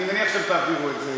אני מניח שאתם תעבירו את זה,